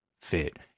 fit